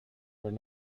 where